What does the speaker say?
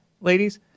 ladies